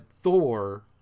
Thor